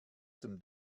zum